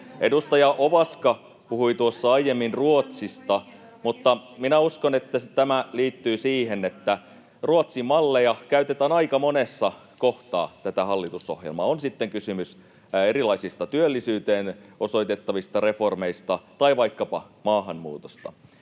Edustaja Ovaska puhui tuossa aiemmin Ruotsista, mutta minä uskon, että tämä liittyy siihen, että Ruotsin malleja käytetään aika monessa kohtaa tätä hallitusohjelmaa, on sitten kysymys erilaisista työllisyyteen osoitettavista reformeista tai vaikkapa maahanmuutosta.